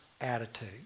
attitude